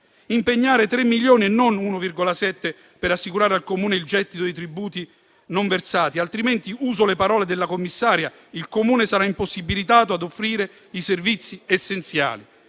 impegnare 3 milioni e non 1,7, per assicurare al Comune il gettito dei tributi non versati, altrimenti - uso le parole della commissaria - il Comune sarà impossibilitato a offrire i servizi essenziali.